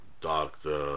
Doctor